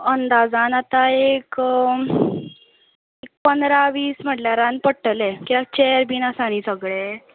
अंदाजान आतां एक पंदरा वीस हजारान पडटलें कित्याक चेर्स बी आसा न्हय सगळे